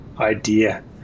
idea